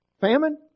famine